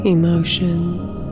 emotions